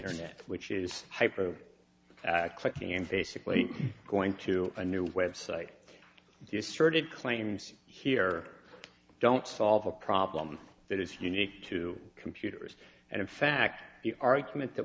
internet which is hyper clicking and basically going to a new website destroyed it claims here don't solve a problem that is unique to computers and in fact the argument that